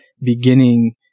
beginning